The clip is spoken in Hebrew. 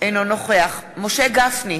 אינו נוכח משה גפני,